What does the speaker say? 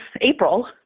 April